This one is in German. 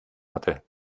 hatte